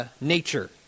Nature